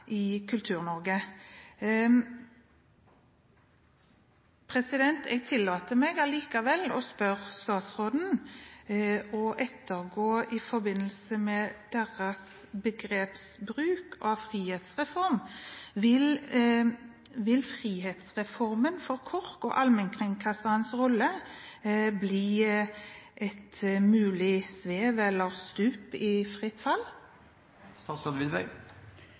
i Kultur-Norge. Jeg tillater meg allikevel å spørre statsråden – i forbindelse med regjeringens bruk av begrepet «frihetsreform»: Vil frihetsreformen for KORK og allmennkringkasterens rolle bli et mulig svev – eller et stup i